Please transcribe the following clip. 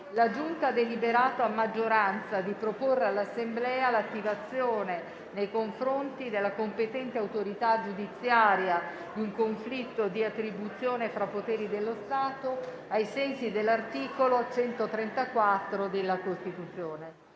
La Giunta ha deliberato a maggioranza di proporre all'Assemblea l'attivazione nei confronti della competente autorità giudiziaria di un conflitto di attribuzione tra poteri dello Stato, ai sensi dell'articolo 134 della Costituzione.